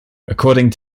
according